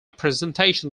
presentation